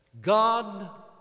God